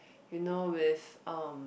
you know with um